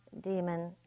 demon